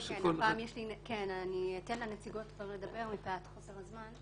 אני אתן לנציגות לדבר מפאת חוסר הזמן.